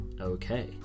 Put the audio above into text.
okay